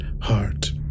Heart